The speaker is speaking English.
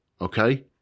okay